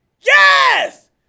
Yes